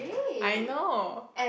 I know